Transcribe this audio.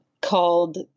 called